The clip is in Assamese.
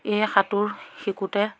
এই সাঁতোৰ শিকোঁতে